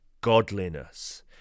godliness